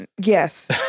Yes